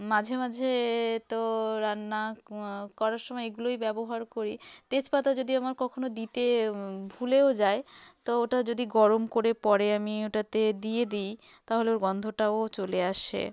মাঝে মাঝে তো রান্না করার সময় এগুলোই ব্যবহার করি তেজপাতা যদি আমার কখনও দিতে ভুলেও যাই তো ওটা যদি গরম করে পরে আমি ওটাতে দিয়ে দিই তাহলে ওর গন্ধটাও চলে আসে